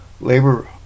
labor